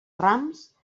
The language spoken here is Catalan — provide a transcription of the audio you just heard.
rams